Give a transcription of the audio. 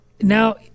now